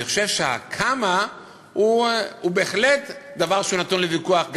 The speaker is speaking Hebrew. אני חושב שהכמה הוא בהחלט דבר שנתון לוויכוח.